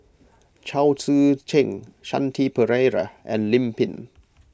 Chao Tzee Cheng Shanti Pereira and Lim Pin